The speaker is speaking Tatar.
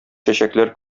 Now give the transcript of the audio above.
чәчәкләр